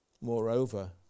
Moreover